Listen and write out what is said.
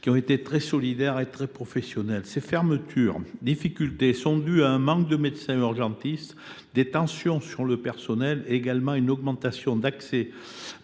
qui ont été très solidaires et très professionnels. Ces fermetures et difficultés sont dues à un manque de médecins urgentistes, à des tensions sur le personnel et à une hausse de